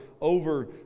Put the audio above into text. over